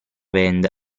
band